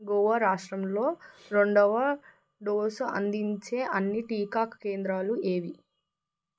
గోవా రాష్ట్రంలో రెండవ డోసు అందించే అన్ని టీకా కేంద్రాలు ఏవి